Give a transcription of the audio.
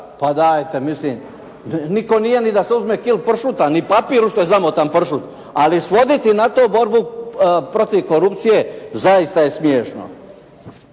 da dajte, nitko nije ni da se uzme kilu pršuta, ni papir u što je zamotan pršut. Ali svoditi na to borbu protiv korupcije zaista je smiješno.